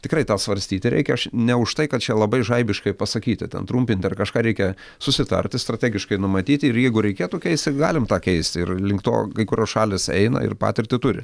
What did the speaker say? tikrai tą svarstyti reikia aš ne už tai kad čia labai žaibiškai pasakyti ten trumpinti ar kažką reikia susitarti strategiškai numatyti ir jeigu reikėtų keisti galim pakeisti ir link to kai kurios šalys eina ir patirtį turi